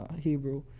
hebrew